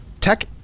Tech